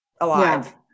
alive